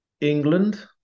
England